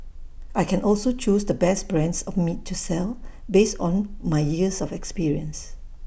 I can also choose the best brands of meat to sell based on my years of experience